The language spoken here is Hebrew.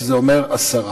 שזה אומר הסרה.